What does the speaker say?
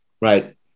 Right